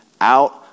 out